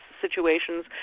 situations